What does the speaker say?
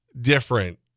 different